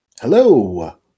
hello